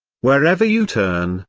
wherever you turn,